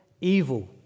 evil